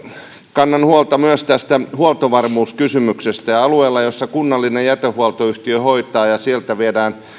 kannan huolta myös tästä huoltovarmuuskysymyksestä kun alueelta missä kunnallinen jätehuoltoyhtiö hoitaa viedään